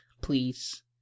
please